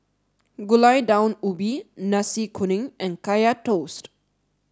Gulai Daun Ubi Nasi Kuning and Kaya Toast